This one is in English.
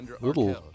little